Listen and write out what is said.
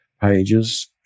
pages